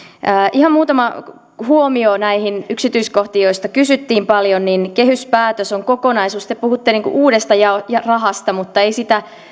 ihan muutama huomio näihin yksityiskohtiin joista kysyttiin paljon kehyspäätös on kokonaisuus te puhutte uudesta rahasta mutta ei sitä